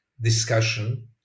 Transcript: discussion